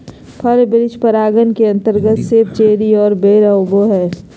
फल वृक्ष परागण के अंतर्गत सेब, चेरी आर बेर आवो हय